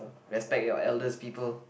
respect your elders people